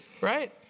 right